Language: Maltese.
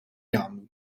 jagħmlu